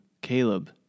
Caleb